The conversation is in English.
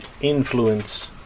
influence